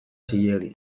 zilegi